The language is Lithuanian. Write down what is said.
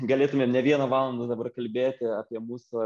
galėtume ne vieną valandą dabar kalbėti apie mūsų